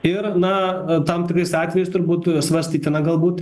ir na tam tikrais atvejais turbūt svarstytina galbūt